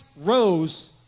rose